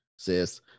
Says